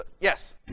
yes